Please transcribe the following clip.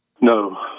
No